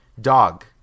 dog